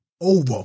over